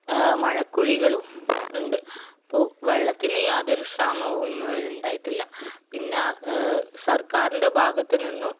മഴക്കുഴികളും ഉണ്ട് അപ്പോൾ വെള്ളത്തിന് യാതൊരു ക്ഷാമവും ഇന്ന് വരെയുണ്ടായിട്ടില്ല പിന്നെ സർക്കാരിൻ്റെ ഭാഗത്ത് നിന്നും